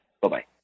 Bye-bye